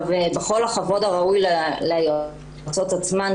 בכל הכבוד הראוי ליועצות עצמן,